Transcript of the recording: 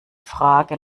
frage